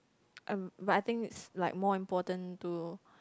um but I think it's like more important to